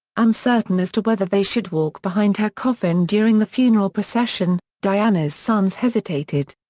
uncertain as to whether they should walk behind her coffin during the funeral procession, diana's sons hesitated.